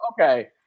okay